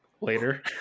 later